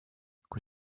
kui